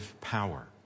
power